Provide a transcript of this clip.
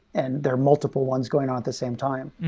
and there are multiple ones going on at the same time.